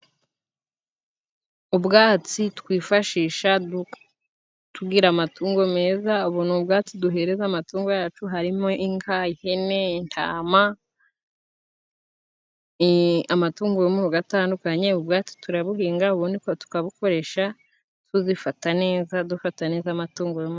Ubwatsi twifashisha tugira amatungo meza, ubu ni ubwatsi duhereza amatungo yacu harimo: inka, ihene intama, amatungo yo mu rugo atandukanye. Ubwatsi turabuhinga ubundi tukabukoresha tuzifata neza dufata neza amatungo yo...